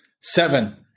Seven